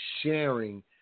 sharing